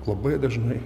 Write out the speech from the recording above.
labai dažnai